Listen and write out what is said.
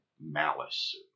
malice